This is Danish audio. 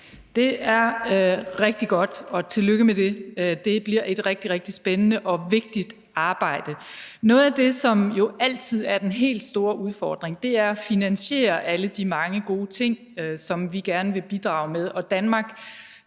Det er rigtig godt, og tillykke med det. Det bliver et rigtig, rigtig spændende og vigtigt arbejde. Noget af det, som jo altid er den helt store udfordring, er at finansiere alle de mange gode ting, som vi gerne vil bidrage med.